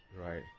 Right